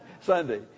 Sunday